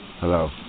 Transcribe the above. Hello